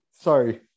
sorry